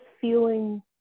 feeling